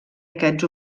aquests